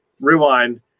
rewind